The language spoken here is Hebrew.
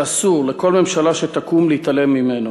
שאסור לכל ממשלה שתקום להתעלם ממנו: